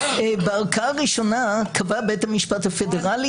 בערכאה ראשונה קבע בית המשפט הפדרלי,